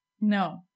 No